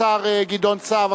השר גדעון סער.